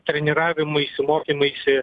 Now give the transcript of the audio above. treniravimaisi mokymaisi